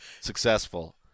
successful